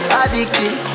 addicted